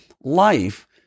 life